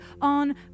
on